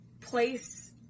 place